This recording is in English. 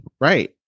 Right